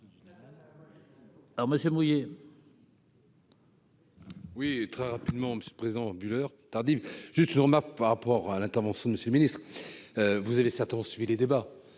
Alors moi c'est mouillé. Oui, très rapidement Monsieur présent du tardive, juste une remarque par rapport à l'intervention de Monsieur le Ministre, vous avez certainement suivi les débats